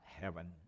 heaven